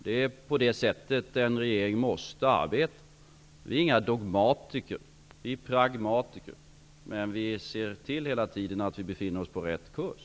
Det är på det sättet en regering måste arbeta. Vi är inga dogmatiker, utan pragmatiker. Men vi ser hela tiden till att vi befinner oss på rätt kurs.